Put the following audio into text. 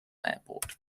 airport